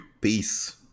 peace